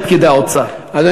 של פקידי האוצר.